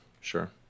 sure